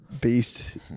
Beast